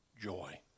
joy